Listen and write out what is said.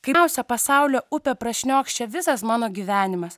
geriausia pasaulio upė prašniokščia visas mano gyvenimas